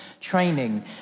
training